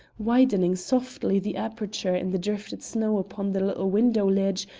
widening softly the aperture in the drifted snow upon the little window-ledge,